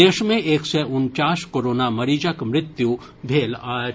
देश मे एक सय उनचास कोरोना मरीजक मृत्यु भेल अछि